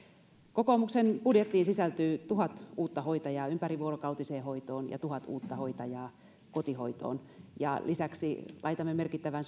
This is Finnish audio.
kokoomuksen budjettiin sisältyy tuhat uutta hoitajaa ympärivuorokautiseen hoitoon ja tuhat uutta hoitajaa kotihoitoon ja lisäksi laitamme merkittävän